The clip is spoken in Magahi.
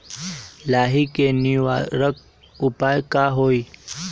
लाही के निवारक उपाय का होई?